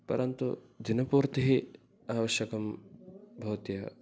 परन्तु दिनपूर्तेः आवश्यकं भवत्येव